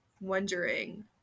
wondering